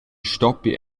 stoppi